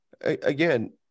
Again